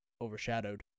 overshadowed